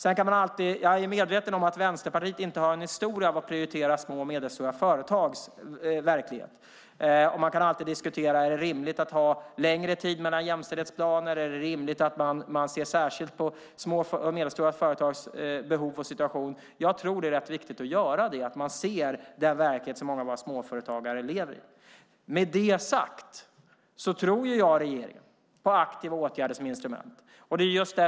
Jag är medveten om att Vänsterpartiet inte har en historia av att prioritera små och medelstora företags verklighet. Man kan alltid diskutera om det är rimligt att ha längre tid mellan jämställdhetsplaner och se särskilt på små och medelstora företags behov och situation. Jag tror att det är rätt viktigt att göra det och att se den verklighet som många av våra småföretagare lever i. Med det sagt tror jag och regeringen på aktiva åtgärder som instrument.